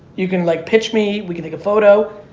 you can like pitch me, we can take a photo,